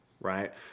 right